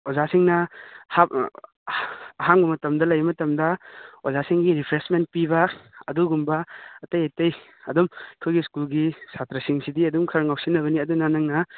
ꯑꯣꯖꯥꯁꯤꯡꯅ ꯑꯍꯥꯡꯕ ꯃꯇꯝꯗ ꯂꯩꯕ ꯃꯇꯝꯗ ꯑꯣꯖꯥꯁꯤꯡꯒꯤ ꯔꯤꯐ꯭ꯔꯦꯁꯃꯦꯟ ꯄꯤꯕ ꯑꯗꯨꯒꯨꯝꯕ ꯑꯇꯩ ꯑꯇꯩ ꯑꯗꯨꯝ ꯑꯩꯈꯣꯏꯒꯤ ꯁ꯭ꯀꯨꯜꯒꯤ ꯁꯥꯇ꯭ꯔꯥꯁꯤꯡꯁꯤꯗꯤ ꯑꯗꯨꯝ ꯈꯔ ꯉꯥꯎꯁꯤꯟꯅꯕꯅꯤ ꯑꯗꯨꯅ ꯅꯪꯅ